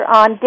on